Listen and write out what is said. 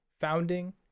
founding